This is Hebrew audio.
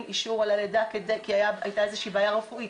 אישור על הלידה כי הייתה איזושהי בעיה רפואית,